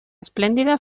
esplèndida